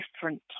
different